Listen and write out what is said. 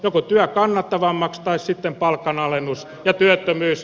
joko työ kannattavammaksi tai sitten palkanalennus ja työttömyys